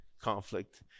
conflict